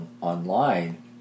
online